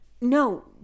No